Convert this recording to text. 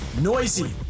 Noisy